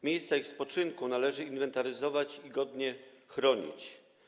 Miejsca ich spoczynku należy inwentaryzować i godnie chronić.